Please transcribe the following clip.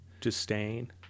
disdain